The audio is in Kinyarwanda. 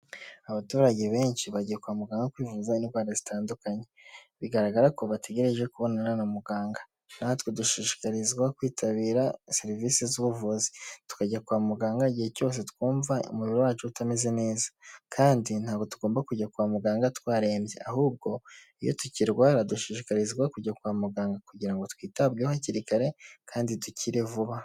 Abaturage benshi bagiye kwa muganga kwivuza indwara zitandukanye. Bigaragara ko bategereje kubonana na muganga. Natwe dushishikarizwa kwitabira serivisi z'ubuvuzi tukajya kwa muganga igihe cyose twumva umubiri wacu utameze neza, kandi ntabwo tugomba kujya kwa muganga twarembye; ahubwo iyo tukirwara dushishikarizwa kujya kwa muganga kugira ngo twitabweho hakiri kare kandi dukire vuba.